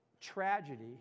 tragedy